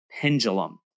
pendulum